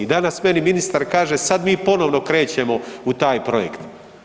I danas meni ministar kaže sad mi ponovno krećemo u taj projekt.